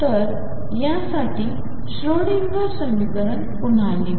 तर यासाठी श्रोडिंगर समीकरण पुन्हा लिहू